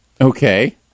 Okay